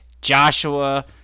Joshua